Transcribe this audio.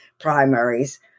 primaries